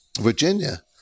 Virginia